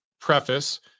preface